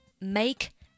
Make